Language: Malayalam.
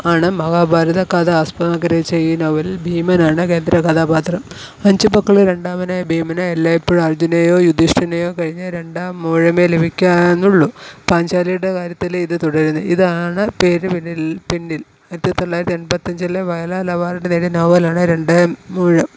ആണ് മഹാഭാരത കഥ ആസ്പതമാക്കി രചിച്ച ഈ നോവലിൽ ഭീമനാണ് കേന്ദ്ര കഥാപാത്രം അഞ്ച് മക്കളിൽ രണ്ടാമനായ ഭീമന് എല്ലായിപ്പോഴും അർജുനനെയോ യുധിഷ്ടിരനെയോ കഴിഞ്ഞ് രണ്ടാംമുഴമേ ലഭിക്കുന്നുള്ളു പാഞ്ചാലിയുടെ കാര്യത്തിൽ ഇത് തുടരുന്നു ഇതാണ് പെരുവിരലിൽ പിന്നിൽ ആയിരത്തി തൊള്ളായിരത്തി എൺപത്തി അഞ്ചിൽ വയലാർ അവാർഡ് നേടിയ നോവലാണ് രണ്ടാംമൂഴം